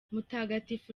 mutagatifu